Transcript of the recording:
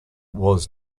was